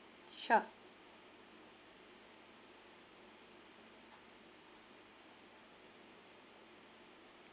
sure